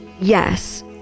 Yes